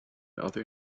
other